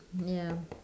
ya